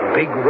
big